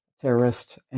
terrorist